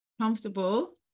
comfortable